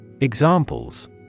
Examples